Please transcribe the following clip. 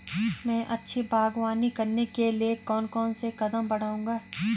मैं अच्छी बागवानी करने के लिए कौन कौन से कदम बढ़ाऊंगा?